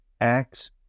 acts